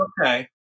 okay